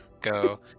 go